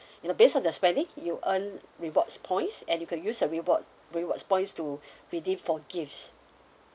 you know based on the spending you earn rewards points and you can use a reward rewards points to redeem for gifts